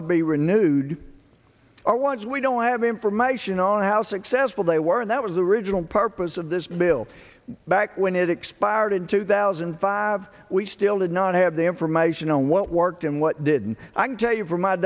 to be renewed are wants we don't have information on how successful they were and that was the original purpose of this bill back when it expired in two thousand and five we still did not have the information on what worked and what didn't i can tell you from my